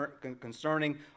concerning